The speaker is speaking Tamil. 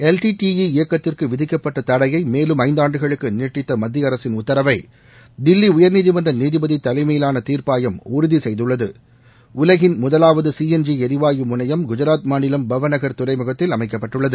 எல்டிடிஈ இயக்கத்திற்கு விதிக்கப்பட்ட தடையை மேலும் ஐந்தாண்டுகளுக்கு நீட்டித்த மத்திய அரசின் உத்தரவை தில்லி உயர்நீதிமன்ற நீதிபதி தலைமையிலான தீர்ப்பாயம் உறுதி செய்துள்ளது உலகின் முதலாவது சிஎன்ஜி எரிவாயு முனையம் குஜராத் மாநிலம் பவநகர் துறைமுகத்தில் அமைக்கப்பட்டுள்ளது